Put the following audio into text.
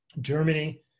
Germany